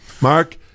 Mark